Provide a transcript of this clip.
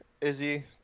Izzy